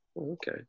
okay